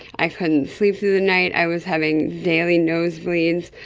i couldn't sleep through the night, i was having daily nosebleeds,